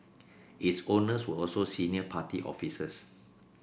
its owners were also senior party officers